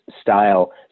style